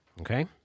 Okay